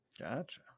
Gotcha